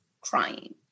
crying